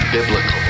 Biblical